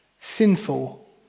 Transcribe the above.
sinful